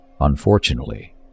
Unfortunately